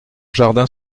jardin